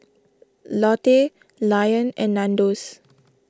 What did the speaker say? Lotte Lion and Nandos